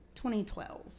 2012